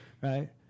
right